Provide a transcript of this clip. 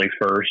first